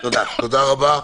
תודה רבה.